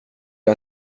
jag